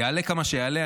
יעלה כמה שיעלה.